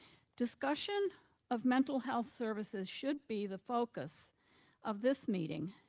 discussion of mental health services should be the focus of this meeting,